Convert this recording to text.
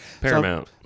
Paramount